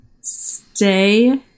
Stay